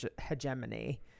hegemony